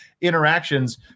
interactions